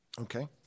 okay